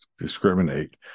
discriminate